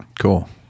Cool